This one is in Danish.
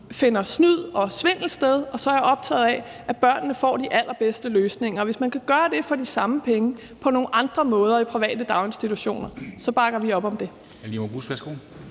finder snyd og svindel sted, og så er jeg optaget af, at børnene får de allerbedste løsninger, og hvis man kan gøre det for de samme penge på nogle andre måder i private daginstitutioner, bakker vi op om det.